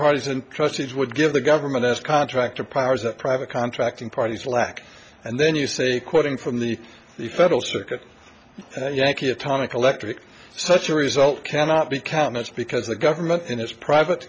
parties and trustees would give the government as contractor powers and private contracting parties lack and then you say quoting from the the federal circuit yankee atomic electric such a result cannot be counted because the government in his private